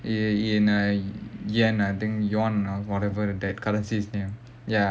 ye~ yen yen ah yuan I think yuan ah whatever that currencies name ya